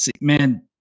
Man